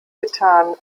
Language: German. getan